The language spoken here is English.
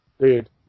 Dude